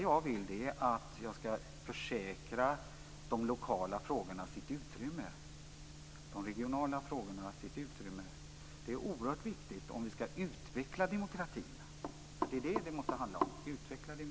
Jag vill försäkra de lokala och regionala frågorna sitt utrymme. Det är oerhört viktigt om demokratin ska utvecklas.